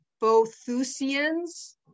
Bothusians